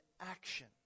action